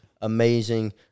amazing